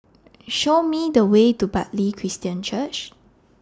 Show Me The Way to Bartley Christian Church